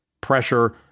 pressure